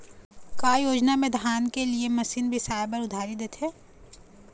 का योजना मे धान के लिए मशीन बिसाए बर उधारी देथे?